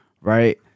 right